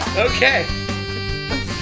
Okay